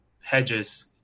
hedges